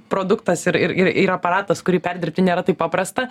produktas ir ir ir ir aparatas kurį perdirbti nėra taip paprasta